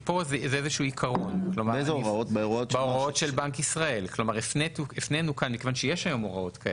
איזשהו עקרון ואת הקונקרטיזציה שלו נותנים בהוראות.